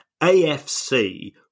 AFC